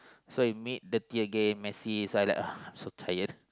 so it make dirty again messy then I like uh so tired